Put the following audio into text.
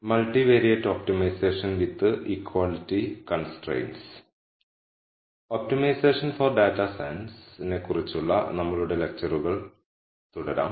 multivariate optimization with equality constraints optimization for data science നെക്കുറിച്ചുള്ള നമ്മളുടെ ലെക്ച്ചറുകൾ നമുക്ക് തുടരാം